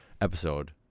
episode